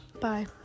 bye